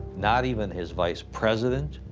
not even his vice president,